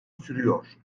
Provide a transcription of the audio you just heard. sürüyor